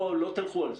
לא תלכו על זה.